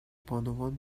بانوان